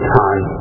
time